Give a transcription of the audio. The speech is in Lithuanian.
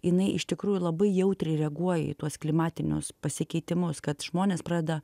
jinai iš tikrųjų labai jautriai reaguoja į tuos klimatinius pasikeitimus kad žmonės pradeda